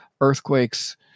earthquakes